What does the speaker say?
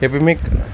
எப்போயுமே